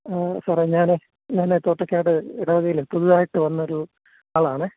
ആ സാറേ ഞാൻ ഞാൻ തോട്ടേക്കാട് ഇടവകേല് പുതിയതായിട്ട് വന്നൊരു ആളാണ്